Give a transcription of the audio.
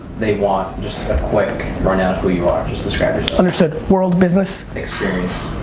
they want just a quick run down of who you are. just describe yourself. understood. world business. experience.